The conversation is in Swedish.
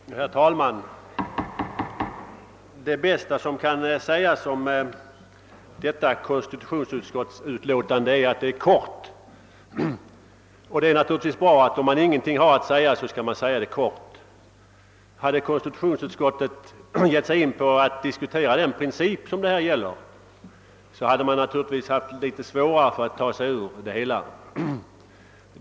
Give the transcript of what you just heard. Herr talman! Det bästa som kan sägas om detta konstitutionsutskottsutlåtande är att det är kort, och det är naturligtvis bra; har man ingenting att säga skall man säga det kort. Hade konstitutionsutskottet givit sig in på att diskutera den princip som det här gäller, hade utskottet naturligtvis haft litet svårare att ta sig ur det hela.